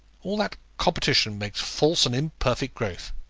all that competition makes false and imperfect growth.